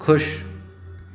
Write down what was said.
खु़शि